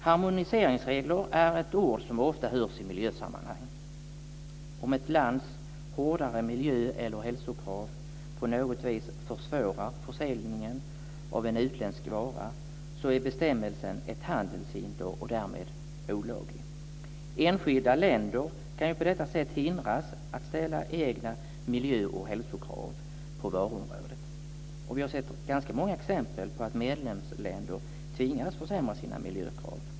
"Harmoniseringsregler" är ett ord som ofta hörs i miljösammanhang. Om ett lands hårdare miljö eller hälsokrav på något vis försvårar försäljningen av en utländsk vara är bestämmelsen ett handelshinder och därmed olaglig. Enskilda länder kan på detta sätt hindras att ställa egna miljö och hälsokrav på varuområdet. Vi har sett ganska många exempel på att medlemsländer tvingas försämra sina miljökrav.